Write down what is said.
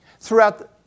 Throughout